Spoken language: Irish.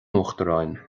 uachtaráin